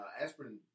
Aspirin